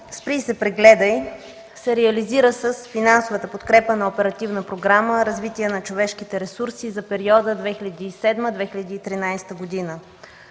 „Спри и се прегледай” се реализира с финансовата подкрепа на Оперативна програма „Развитие на човешките ресурси” за периода 2007-2013 г.,